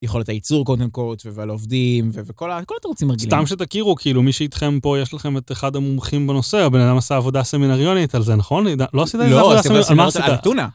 יכולת הייצור קודם כל, ועל עובדים, וכל התורצים הרגילים. סתם שתכירו, כאילו, מי שאיתכם פה, יש לכם את אחד המומחים בנושא, או בן אדם עשה עבודה סמינריונית על זה, נכון? לא עשית את זה? לא, אני לא סימרת על טונה.